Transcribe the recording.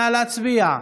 נא להצביע.